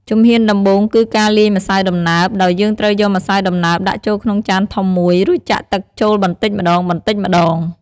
ជំហានដំបូងគឺការលាយម្សៅដំណើប ដោយយើងត្រូវយកម្សៅដំណើបដាក់ចូលក្នុងចានធំមួយ រួចចាក់ទឹកចូលបន្តិចម្តងៗ។